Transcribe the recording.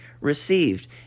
received